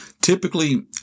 Typically